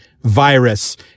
virus